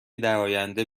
درآینده